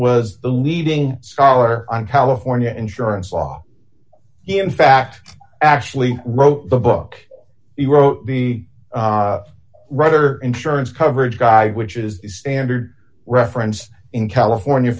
was the leading scholar on california insurance law in fact actually wrote the book he wrote the writer insurance coverage guide which is standard reference in california